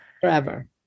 Forever